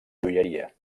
joieria